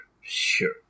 Sure